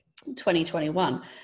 2021